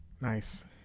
Nice